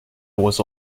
was